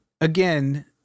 again